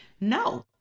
No